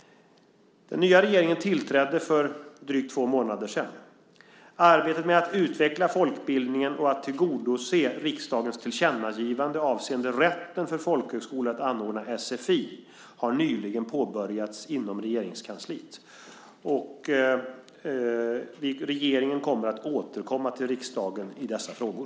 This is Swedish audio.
Den nya regeringen tillträdde för drygt två månader sedan. Arbetet med att utveckla folkbildningen och att tillgodose riksdagens tillkännagivande avseende rätten för folkhögskolor att anordna sfi har nyligen påbörjats inom Regeringskansliet. Regeringen kommer att återkomma till riksdagen i dessa frågor.